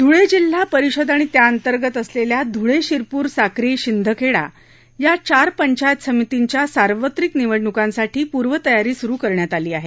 धूळे जिल्हा परिषद आणि त्याअंतर्गत असलेल्या धुळे शिरपूर साक्री शिंदखेडा या चार पंचायत समितींच्या सार्वत्रिक निवडणुकीसाठी निवडणुकपूर्व प्रक्रिया सुरु करण्यात आली आहे